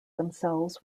themselves